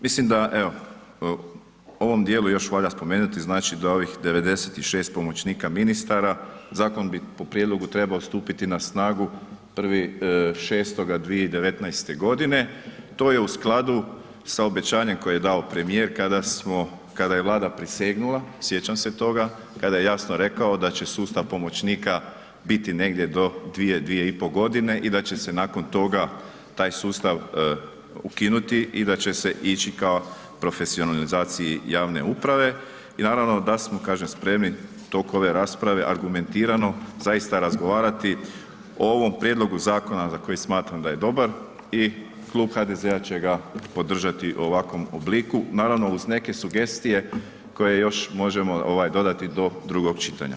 Mislim da evo, u ovom dijelu još valja spomenuti znači da ovih 96 pomoćnika ministara, zakon bi po prijedlogu trebao stupiti na snagu 1.6.2019. godine, to je u skladu sa obećanjem koje je dao premjer kada je Vlada prisegnula, sjećam se toga, kada je jasno rekao, da će sustav pomoćnika biti negdje 2-2,5 godine i da će se nakon toga, taj sustav ukinuti i da će se ići ka profesionalizaciji javne uprave i naravno da smo, kažem spremni, tokom ove rasprave argumentirano, zaista razgovarati o ovome prijedlogu zakona, za koji smatram da je dobar i Klub HDZ-a će ga podržati u ovakvom obliku, naravno uz neke sugestije, koje još možemo dodati do drugog čitanja.